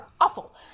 awful